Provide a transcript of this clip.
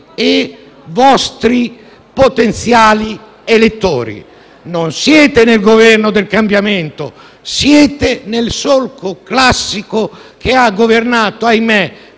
e vostri potenziali elettori. Non siete nel Governo del cambiamento, siete nel solco classico che ha governato - ahimè